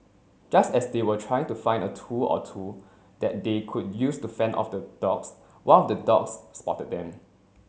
just as they were trying to find a tool or two that they could use to fend off the dogs one of the dogs spotted them